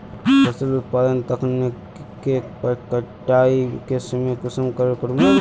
फसल उत्पादन तकनीक के कटाई के समय कुंसम करे करूम?